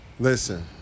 Listen